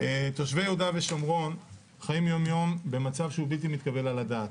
תושבי יהודה ושומרון חיים יום-יום במצב שהוא בלתי מתקבל על הדעת.